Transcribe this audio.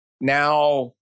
now